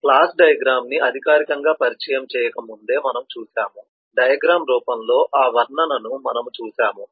class diagram ని అధికారికంగా పరిచయం చేయక ముందే మనము చూశాము డయాగ్రామ్ రూపంలో ఆ వర్ణనను మనము చూశాము